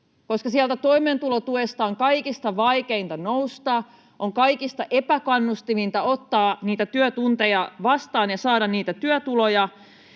koska sieltä toimeentulotuelta on kaikista vaikeinta nousta, on kaikista epäkannustavinta ottaa niitä työtunteja vastaan ja saada niitä työtuloja.